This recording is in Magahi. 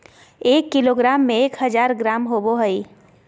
एक किलोग्राम में एक हजार ग्राम होबो हइ